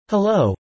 Hello